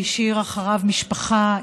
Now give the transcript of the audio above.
שהשאיר אחריו משפחה,